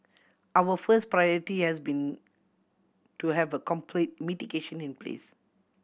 our first priority has been to have a complete mitigation in place